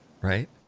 right